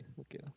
Okay